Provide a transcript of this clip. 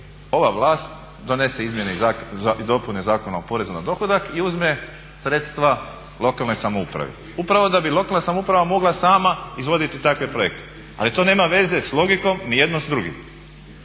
ova vlast donese izmjene i dopune Zakona o porezu na dohodak i uzme sredstva lokalne samouprave upravo da bi lokalna samouprava mogla sama izvoditi takve projekte, ali to nema veze s logikom ni jedno s drugim.